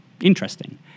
interesting